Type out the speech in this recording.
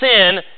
sin